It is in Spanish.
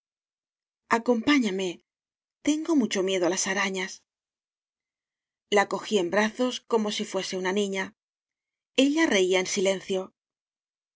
acompáñame tengo mucho miedo á las arañas la cogí en brazos como si fuese una niña ella reía en silencio